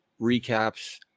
recaps